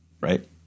Right